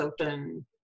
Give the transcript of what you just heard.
open